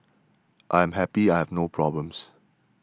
I am happy I have no problems